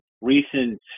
recent